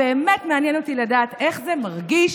באמת מעניין אותי לדעת איך זה מרגיש